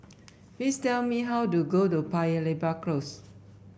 please tell me how to get to Paya Lebar Close